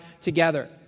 together